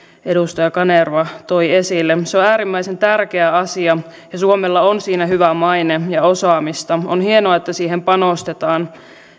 edustaja kanerva toi esille se on äärimmäisen tärkeä asia ja suomella on siinä hyvä maine ja osaamista on hienoa että siihen panostetaan